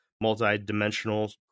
multi-dimensional